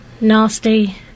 nasty